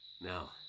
Now